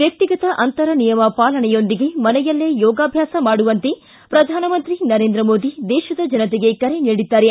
ವ್ಯಕ್ತಿಗತ ಅಂತರ ನಿಯಮ ಪಾಲನೆಯೊಂದಿಗೆ ಮನೆಯಲ್ಲೇ ಯೋಗಾಭ್ಯಾಸ ಮಾಡುವಂತೆ ಪ್ರಧಾನಮಂತ್ರಿ ನರೇಂದ್ರ ಮೊದಿ ದೇಶದ ಜನತೆಗೆ ಕರೆ ನೀಡಿದ್ದಾರೆ